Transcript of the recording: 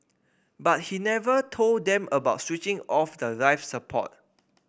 but he never told them about switching off the life support